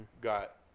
got